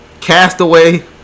Castaway